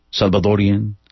Salvadorian